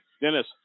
Dennis